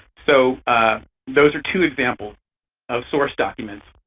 so those are two examples of source documents.